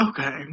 okay